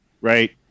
Right